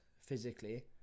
physically